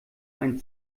einen